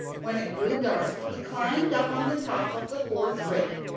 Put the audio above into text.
when it grew dark he climbed up on the top of the fourth rick,